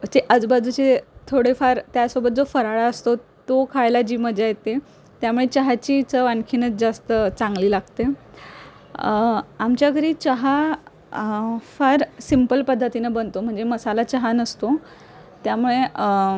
जे आजूबाजूचे थोडेफार त्यासोबत जो फराळ असतो तो खायला जी मजा येते त्यामुळे चहाची चव आणखीनच जास्त चांगली लागते आमच्या घरी चहा फार सिम्पल पद्धतीनं बनतो म्हणजे मसाला चहा नसतो त्यामुळे